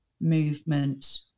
movement